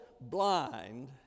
blind